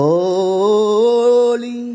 Holy